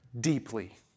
deeply